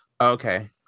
Okay